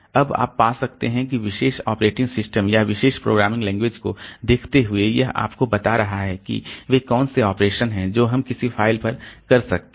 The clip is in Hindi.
अब आप पा सकते हैं कि विशेष ऑपरेटिंग सिस्टम या विशेष प्रोग्रामिंग लैंग्वेज को देखते हुए यह आपको बता रहा है कि वे कौन से ऑपरेशन हैं जो हम किसी फ़ाइल पर कर सकते हैं